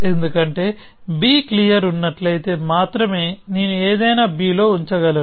ఎందుకంటే b clear ఉన్నట్లయితే మాత్రమే నేను ఏదైనా b లో ఉంచగలను